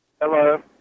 Hello